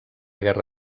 guerra